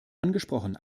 angesprochen